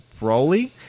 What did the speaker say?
Broly